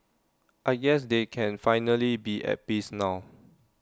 I guess they can finally be at peace now